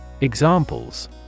Examples